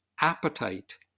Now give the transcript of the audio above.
appetite